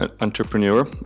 entrepreneur